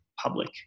public